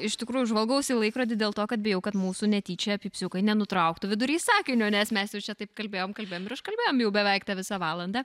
iš tikrųjų žvalgausi į laikrodį dėl to kad bijau kad mūsų netyčia pypsiukai nenutrauktų vidury sakinio nes mes jau čia taip kalbėjom kalbėjom ir iškalbėjom jau beveik tą visą valandą